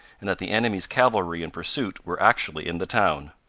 and that the enemy's cavalry in pursuit were actually in the town.